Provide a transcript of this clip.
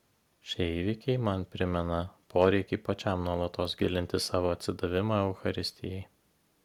šie įvykiai man primena poreikį pačiam nuolatos gilinti savo atsidavimą eucharistijai